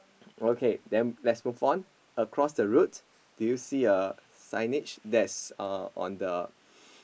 okay then let's move on across the road do you see a signage that's uh on the